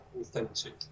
authentic